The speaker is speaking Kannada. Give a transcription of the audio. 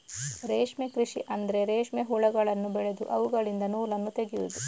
ರೇಷ್ಮೆ ಕೃಷಿ ಅಂದ್ರೆ ರೇಷ್ಮೆ ಹುಳಗಳನ್ನು ಬೆಳೆದು ಅವುಗಳಿಂದ ನೂಲನ್ನು ತೆಗೆಯುದು